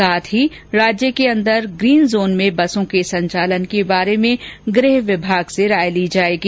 साथ ही राज्य के अंदर ग्रीन जोन में बसों के संचालन के बारे में गृह विभाग से राय ली जायेगी